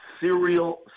serial